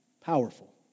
powerful